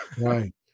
Right